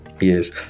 yes